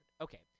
Okay